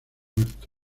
muerto